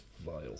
vile